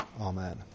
Amen